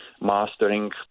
mastering